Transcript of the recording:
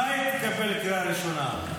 מתי היא תקבל קריאה ראשונה?